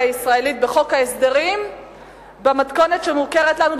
הישראלית בחוק ההסדרים במתכונת שמוכרת לנו,